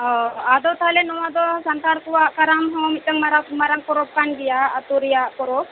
ᱳᱚ ᱟᱫᱚ ᱛᱟᱦᱚᱞᱮ ᱱᱚᱣᱟ ᱫᱚ ᱥᱟᱱᱛᱟᱲ ᱠᱚᱣᱟᱜ ᱠᱟᱨᱟᱢ ᱦᱚᱸ ᱢᱤᱴᱟᱝ ᱢᱟᱨᱟᱝ ᱯᱚᱨᱚᱵᱽ ᱠᱟᱱ ᱜᱮᱭᱟ ᱟᱹᱛᱩ ᱨᱮᱭᱟᱜ ᱯᱚᱨᱚᱵᱽ